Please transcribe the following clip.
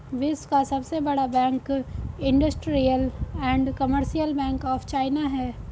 विश्व का सबसे बड़ा bank industrial and commercial bank of China है